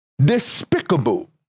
despicable